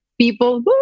people